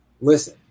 listen